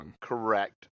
Correct